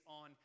on